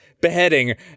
beheading